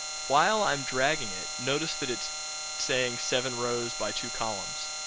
while i'm dragging it, notice that it's saying seven rows by two columns